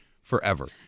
forever